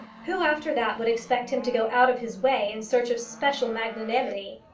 who, after that, would expect him to go out of his way in search of special magnanimity?